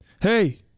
Hey